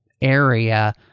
area